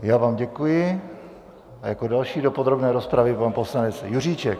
Já vám děkuji a jako další do podrobné rozpravy pan poslanec Juříček.